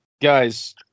Guys